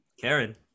Karen